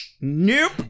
Nope